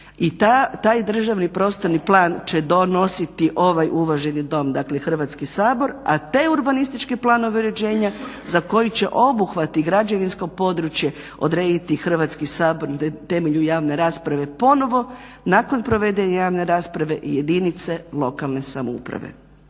I taj državni prostorni plan će donositi ovaj uvaženi Dom, dakle Hrvatski sabor. A te urbanističke planove uređenja za koji će obuhvat i građevinsko područje odrediti Hrvatski sabor na temelju javne rasprave ponovo nakon provedene javne rasprave i jedinice lokalne samouprave.